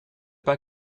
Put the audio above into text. pas